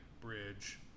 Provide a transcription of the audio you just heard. bridge